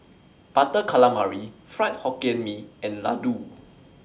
Butter Calamari Fried Hokkien Mee and Laddu